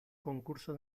concurso